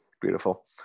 Beautiful